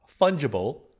fungible